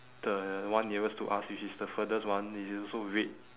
the one nearest to us which is the furthest one which is also red